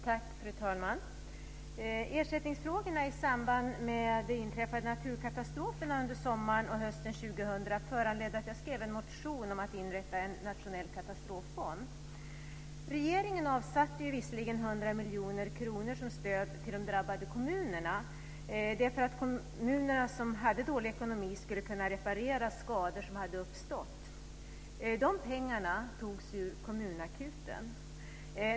Fru talman! Ersättningsfrågorna i samband med de inträffade naturkatastroferna under sommaren och hösten 2000 föranledde att jag skrev en motion om att inrätta en nationell katastroffond. Regeringen avsatte visserligen 100 miljoner kronor som stöd till de drabbade kommunerna för att kommuner som hade dålig ekonomi skulle kunna reparera skador som hade uppstått. Dessa pengar togs från kommunakuten.